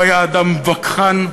הוא היה אדם וכחן.